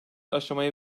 aşamaya